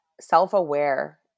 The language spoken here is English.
self-aware